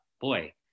Boy